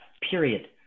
period